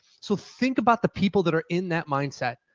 so think about the people that are in that mindset.